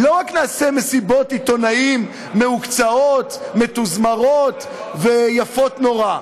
לא נעשה רק מסיבות עיתונאים מתוזמרות ויפות נורא.